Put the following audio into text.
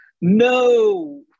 No